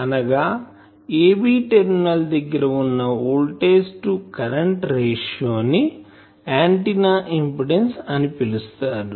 అనగా a b terminal దగ్గర వున్న వోల్టేజ్ టు కరెంటు రేషియో ని ఆంటిన్నా ఇంపిడెన్సు అని పిలుస్తారు